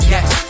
Yes